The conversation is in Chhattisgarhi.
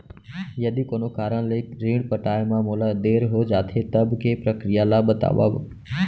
यदि कोनो कारन ले ऋण पटाय मा मोला देर हो जाथे, तब के प्रक्रिया ला बतावव